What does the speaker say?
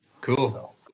Cool